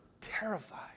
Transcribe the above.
terrified